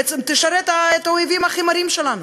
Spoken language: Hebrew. בעצם תשרת את האויבים הכי מרים שלנו,